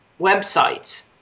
websites